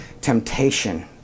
temptation